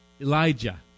Elijah